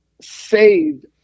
saved